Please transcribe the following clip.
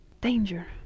Danger